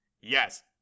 Yes